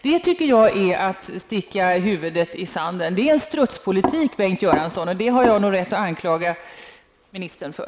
Det tycker jag är att sticka huvudet i sanden. Det är strutspolitik, Bengt Göransson, och det har jag rätt att anklaga ministern för.